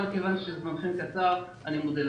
אבל כיוון שזמנכם קצר אני מודה לכם.